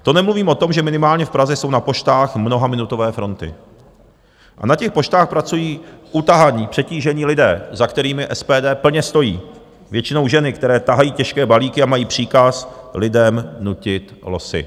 To nemluvím o tom, že minimálně v Praze jsou na poštách mnohaminutové fronty a na těch poštách pracují utahaní, přetížení lidé, za kterými SPD plně stojí, většinou ženy, které tahají těžké balíky a mají příkaz lidem nutit losy.